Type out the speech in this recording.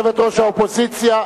של יושבת-ראש האופוזיציה.